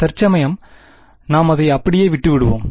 தற்சமயம் நாம் அதை அப்படியே விட்டுவிடுவோம்